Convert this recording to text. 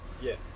Yes